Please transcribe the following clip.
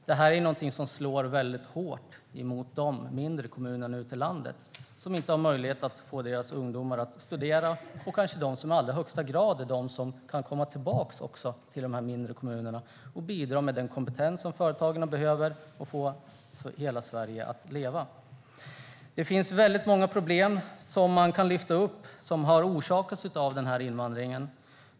Det här är något som slår hårt mot de mindre kommunerna ute i landet som inte har möjlighet att få sina ungdomar att studera - studenter som kanske i högsta grad skulle kunna komma tillbaka till de mindre kommunerna och bidra med den kompetens som företagen behöver och få hela Sverige att leva. Jag kan lyfta upp väldigt många problem som har orsakats av invandringen.